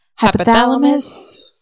Hypothalamus